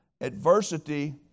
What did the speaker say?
adversity